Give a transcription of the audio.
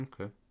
Okay